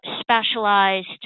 specialized